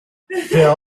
phil